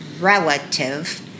relative